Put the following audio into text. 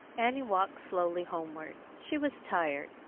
annie walked slowly homeward. she was tired,